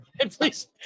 Please